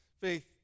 Faith